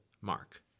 Mark